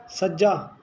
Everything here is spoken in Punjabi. ਸੱਜਾ